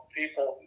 people